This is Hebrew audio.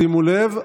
שימו לב,